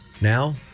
now